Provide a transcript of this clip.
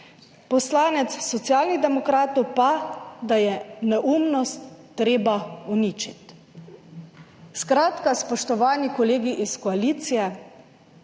poslanec Socialnih demokratov pa, da je neumnost treba uničiti. Skratka, spoštovani kolegi iz koalicije,